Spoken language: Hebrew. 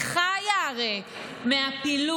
הרי היא חיה מהפילוג,